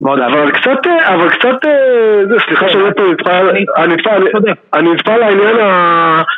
אבל קצת... אבל קצת... סליחה שאני לא... אני נטפל לעניין ה...